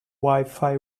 wifi